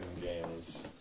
games